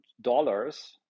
dollars